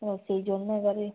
ও সেই জন্য এবারে